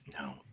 No